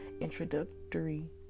introductory